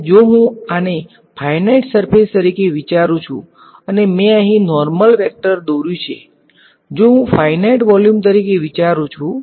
અને જો હું આને ફાઈનાઈટ સર્ફેસ તરીકે વિચારું છુ અને મે અહીં નોર્મલ વેક્ટર દોર્યું છે જો હું ફાઈનાઈટ વોલ્યુમ તરીકે વિચારું છું